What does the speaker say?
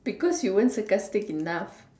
because you weren't sarcastic enough